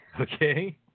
Okay